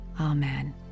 amen